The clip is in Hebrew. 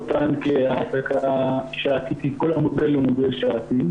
אותם כהעסקת שעתית כי כל המודל הוא מודל שעתי,